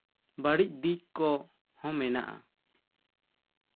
ᱵᱟᱹᱲᱤᱡ ᱫᱤᱠ ᱠᱚ ᱦᱚᱸ ᱢᱮᱱᱟᱜᱼᱟ